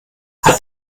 hat